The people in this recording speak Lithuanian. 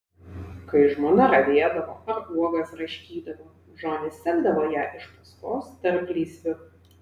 kai žmona ravėdavo ar uogas raškydavo džonis sekdavo ją iš paskos tarplysviu